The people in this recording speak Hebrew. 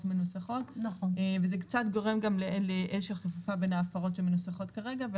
מנוסחות וזה גורם קצת לאיזושהי חפיפה בין ההפרות שמנוסחות כרגע.